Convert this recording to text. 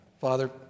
Father